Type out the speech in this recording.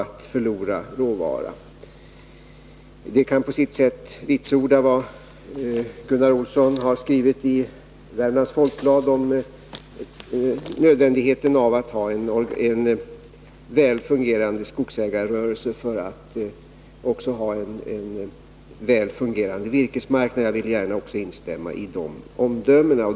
Detta förhållande kan på sitt sätt också vitsorda vad Gunnar Olsson har skrivit i Värmlands Folkblad om nödvändigheten av att ha en väl fungerande skogsägarrörelse för att också kunna ha en väl fungerande virkesmarknad. Jag vill också instämma i de bedömningarna.